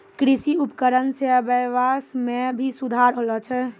कृषि उपकरण सें ब्यबसाय में भी सुधार होलो छै